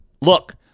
Look